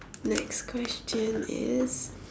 next question is